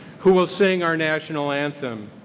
who will sing our national anthem.